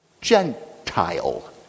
Gentile